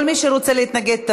כל מי שרוצה להתנגד,